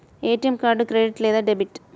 ATM card credit లేదా debit?